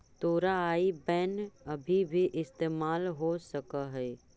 तोरा आई बैन अभी भी इस्तेमाल हो सकऽ हई का?